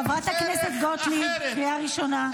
חברת הכנסת גוטליב, קריאה ראשונה.